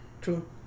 True